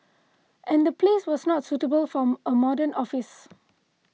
and the place was not suitable for a modern office